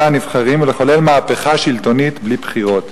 הנבחרות ולחולל מהפכה שלטונית בלי בחירות.